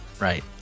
Right